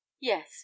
Yes